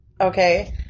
Okay